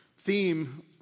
theme